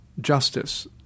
justice